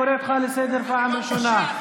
אני קורא אותך לסדר בפעם הראשונה.